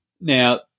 Now